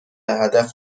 هدف